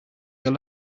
your